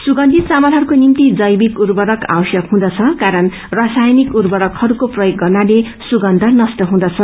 सुर्गांथित चामलहरूको निम्ति जैविक उर्वरक आवश्यक हुँदछ कारण रसायनिक उर्वरकहरूको प्रयोग गर्नाले सुगन्य नष्ट हुँदछ